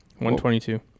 122